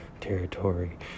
territory